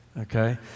okay